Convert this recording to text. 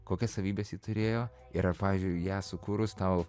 kokias savybes ji turėjo ir a pavyzdžiui ją sukūrus tau